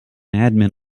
admin